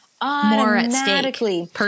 automatically